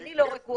אני לא רגועה.